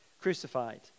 crucified